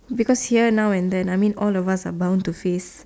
because here now and then I mean all of us are bound to face